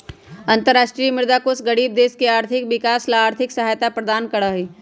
अन्तरराष्ट्रीय मुद्रा कोष गरीब देश के विकास ला आर्थिक सहायता प्रदान करा हई